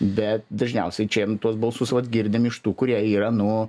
bet dažniausiai čia jam tuos balsus vat girdim iš tų kurie yra nu